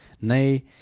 nay